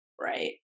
right